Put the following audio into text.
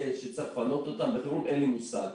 שצריך לפנות אותם בחירום - אין לי מושג.